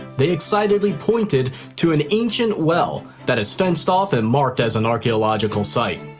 they excitedly pointed to an ancient well that is fenced off and marked as an archeological site.